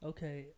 Okay